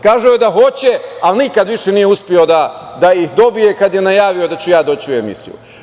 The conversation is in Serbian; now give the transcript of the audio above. Kazao je da hoće, ali nikad više nije uspeo da ih dobije kad je najavio da ću ja doći u emisiju.